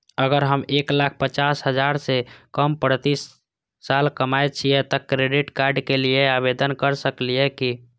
अगर हम एक लाख पचास हजार से कम प्रति साल कमाय छियै त क्रेडिट कार्ड के लिये आवेदन कर सकलियै की?